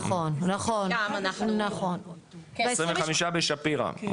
נכון, 25 בשפירא.